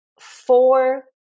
four